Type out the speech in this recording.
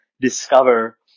discover